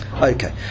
Okay